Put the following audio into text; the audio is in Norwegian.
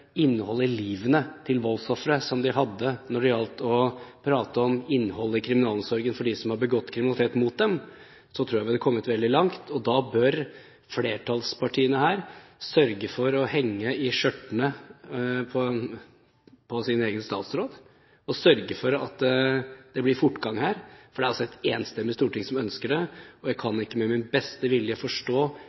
innholdet i livene til voldsofre, som det de hadde når det gjaldt å prate om innholdet i kriminalomsorgen for dem som hadde begått kriminalitet mot dem, tror jeg vi hadde kommet veldig langt. Og da bør flertallspartiene her sørge for å henge i skjørtekanten til sin egen statsråd og sørge for at det blir fortgang her. Det er et enstemmig storting som ønsker det, og jeg kan ikke med min beste vilje forstå